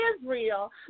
Israel